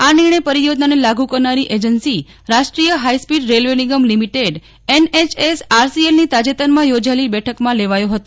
આ નિર્ણય પરિયોજનાને લાગુ કરનાર એજન્સી રાષ્ટ્રીય ફાઈસ્પીડ રેલાવે નિગમ લીમીટેડ ની તાજેતરની યોજાયેલ બેઋાકમાં લેવાયો હતો